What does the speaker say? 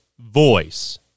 voice